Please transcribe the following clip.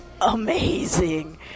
amazing